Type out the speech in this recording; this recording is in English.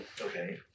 okay